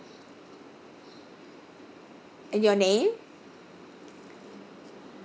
and your name